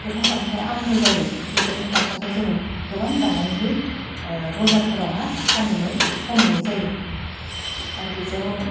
गोथां गामसाया आंखाल जायो बे गोथां गामसाखौ जों गोबां दानानैहाय बाजारफोरावहाय फानहैनाय जायो आरो बेजों